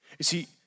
see